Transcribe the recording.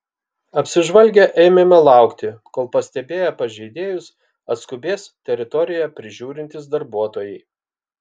apsižvalgę ėmėme laukti kol pastebėję pažeidėjus atskubės teritoriją prižiūrintys darbuotojai